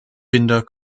binder